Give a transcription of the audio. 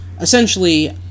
essentially